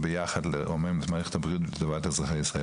יחד תוכלו לרומם את מערכת הבריאות לטובת כל אזרחי מדינת ישראל.